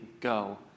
go